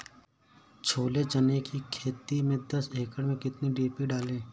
छोले चने की खेती में दस एकड़ में कितनी डी.पी डालें?